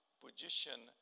position